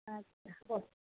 আচ্ছা হ'ব